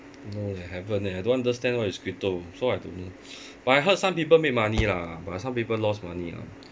no leh haven't eh I don't understand what is crypto so I don't know but I heard some people make money lah but some people lost money ah